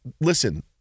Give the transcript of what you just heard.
listen